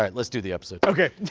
um let's do the episode. okay,